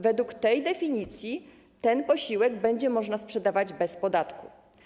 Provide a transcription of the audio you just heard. Według tej definicji ten posiłek będzie można sprzedawać bez podatku.